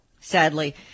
Sadly